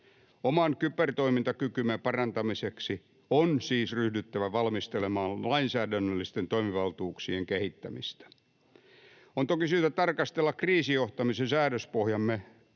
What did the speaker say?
Oman kybertoimintakykymme parantamiseksi on siis ryhdyttävä valmistelemaan lainsäädännöllisten toimivaltuuksien kehittämistä. On toki syytä tarkastella kriisijohtamisen säädöspohjaamme